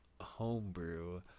homebrew